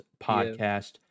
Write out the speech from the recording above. podcast